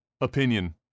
opinion